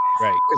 Right